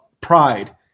pride